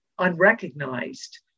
unrecognized